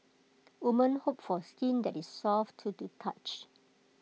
woman hope for skin that is soft to the touch